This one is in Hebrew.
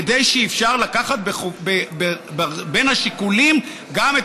כדי שאפשר להביא בין השיקולים גם את